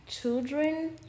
Children